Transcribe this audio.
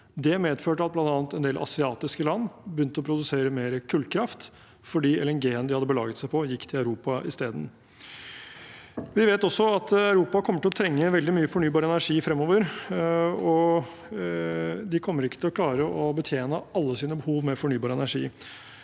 Det medførte at bl.a. en del asiatiske land begynte å produsere mer kullkraft, fordi LNG-en de hadde belaget seg på, gikk til Europa isteden. Vi vet også at Europa kommer til å trenge veldig mye fornybar energi fremover, og de kommer ikke til å klare å betjene alle sine behov med fornybar energi.